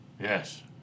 Yes